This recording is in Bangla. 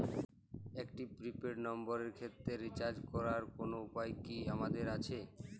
একটি প্রি পেইড নম্বরের ক্ষেত্রে রিচার্জ করার কোনো উপায় কি আমাদের আছে?